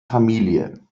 familie